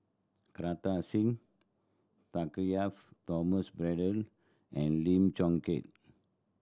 Kartar Singh Thakral Thomas Braddell and Lim Chong Keat